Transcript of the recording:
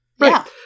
Right